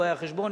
רואי-החשבון,